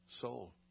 Soul